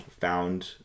found